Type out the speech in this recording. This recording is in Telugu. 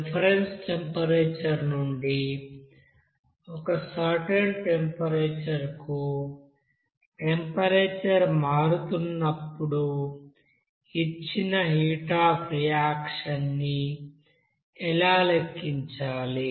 రిఫరెన్స్ టెంపరేచర్ నుండి ఒక సర్టెన్ టెంపరేచర్ కు టెంపరేచర్ మారుతున్నప్పుడు ఇచ్చిన హీట్ అఫ్ రియాక్షన్ ని ఎలా లెక్కించాలి